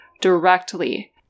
directly